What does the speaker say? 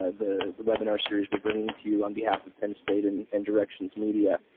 the webinar series we're bringing to you on behalf of penn state and and directions media.